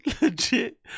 legit